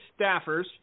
staffers